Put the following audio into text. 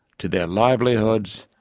to their livelihoods,